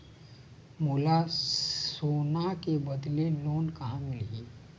मोला सोना के बदले लोन कहां मिलही?